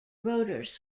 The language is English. rotors